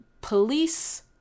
police